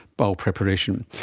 bowel preparation.